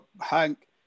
Hank